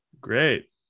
great